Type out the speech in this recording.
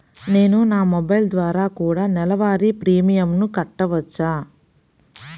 నేను నా మొబైల్ ద్వారా కూడ నెల వారి ప్రీమియంను కట్టావచ్చా?